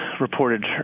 reported